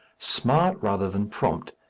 smart rather than prompt,